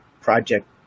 Project